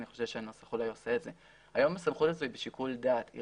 ואני חושב שהנוסח אולי עושה זאת.